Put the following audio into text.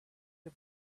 the